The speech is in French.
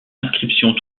inscription